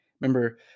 Remember